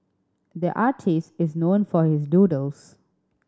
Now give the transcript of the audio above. the artist is known for his doodles